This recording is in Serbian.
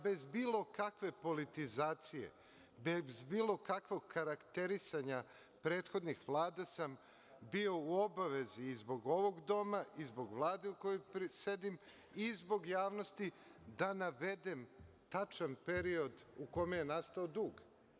Bez bilo kakve politizacije, bez bilo kakvog karakterisanja prethodnih vlada sam bio u obavezi i zbog ovog doma i zbog Vlade u kojoj sedim i zbog javnosti da navedem tačan period u kome je nastao dug.